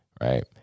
right